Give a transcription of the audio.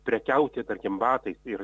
prekiauti tarkim batais ir